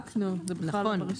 מחקנו, זה בכלל לא ברשימה.